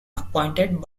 appointed